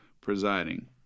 presiding